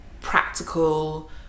practical